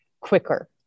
quicker